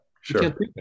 sure